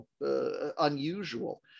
unusual